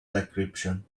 decryption